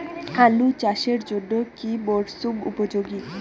আলু চাষের জন্য কি মরসুম উপযোগী?